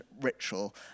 ritual